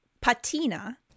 patina